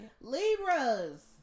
Libras